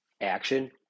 action